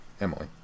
Emily